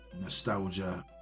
nostalgia